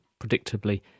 predictably